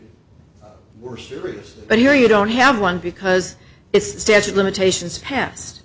were serious but here you don't have one because it's the statute limitations pass